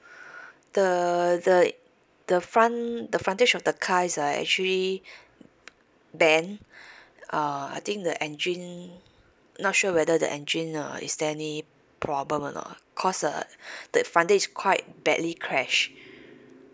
the the the front the frontage of the car is uh actually bent uh I think the engine not sure whether the engine uh is there any problem or not cause ah the frontage is quite badly crashed